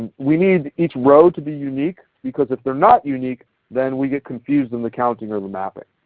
we need each row to be unique, because if they are not unique then we get confused in the counting or the mapping.